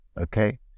okay